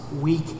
weak